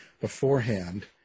beforehand